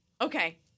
Okay